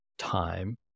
time